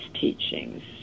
teachings